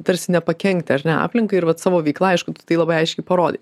tarsi nepakenkti ar ne aplinkai ir vat savo veikla aišku tai labai aiškiai parodei